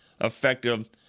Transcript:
effective